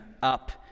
up